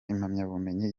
impamyabumenyi